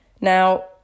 Now